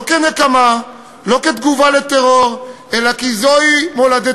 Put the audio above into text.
לא כנקמה, לא כתגובה על טרור, אלא כי זו מולדתנו,